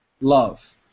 love